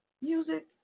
Music